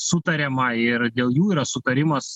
sutariama ir dėl jų yra sutarimas